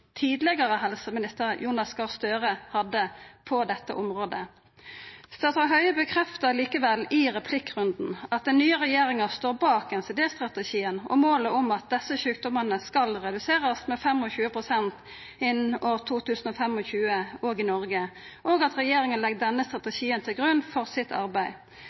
tidlegare helseminister Jonas Gahr Støre hadde på dette området. Statsråd Høie bekrefta likevel i replikkrunden at den nye regjeringa står bak NCD-strategien og målet om at desse sjukdommane skal reduserast med 25 pst. innan 2025 òg i Noreg, og at regjeringa legg denne strategien til grunn for sitt arbeid.